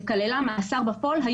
שכללה מאסר בפועל,